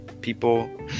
people